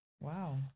Wow